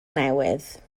newydd